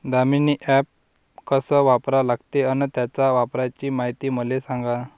Damini app कस वापरा लागते? अन त्याच्या वापराची मायती मले सांगा